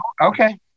Okay